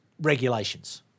regulations